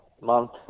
month